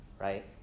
right